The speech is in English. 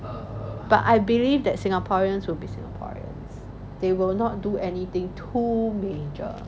but I believe that singaporeans will be singaporeans they will not do anything too major